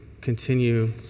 continue